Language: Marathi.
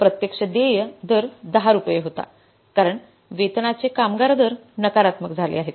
प्रत्यक्ष देय दर 10 रुपये होता कारण वेतनाचे कामगार दर नकारात्मक झाले आहेत